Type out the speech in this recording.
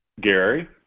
Gary